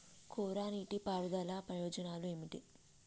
కోరా నీటి పారుదల ప్రయోజనాలు ఏమిటి?